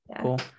Cool